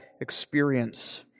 experience